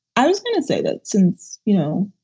i was going to say that since, you know,